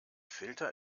filter